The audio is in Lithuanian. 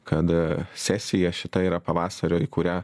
kad sesija šita yra pavasario į kurią